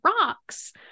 rocks